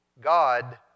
God